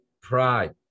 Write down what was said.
pride